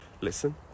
listen